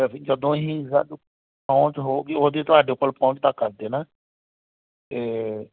ਅਸੀਂ ਜਦੋਂ ਹੀ ਸਾਡੇ ਪਹੁੰਚ ਹੋਵੇਗੀ ਉਦੋਂ ਹੀ ਤੁਹਾਡੇ ਕੋਲ ਪਹੁੰਚਦਾ ਕਰ ਦੇਣਾ ਅਤੇ